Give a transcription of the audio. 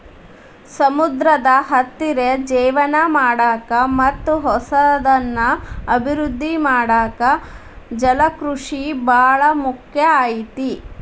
ಸಮುದ್ರದ ಹತ್ತಿರ ಜೇವನ ಮಾಡಾಕ ಮತ್ತ್ ಹೊಸದನ್ನ ಅಭಿವೃದ್ದಿ ಮಾಡಾಕ ಜಲಕೃಷಿ ಬಾಳ ಮುಖ್ಯ ಐತಿ